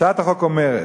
הצעת החוק אומרת: